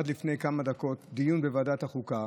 עד לפני כמה דקות, דיון בוועדת החוקה